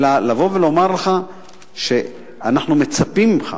אלא לומר לך שאנחנו מצפים ממך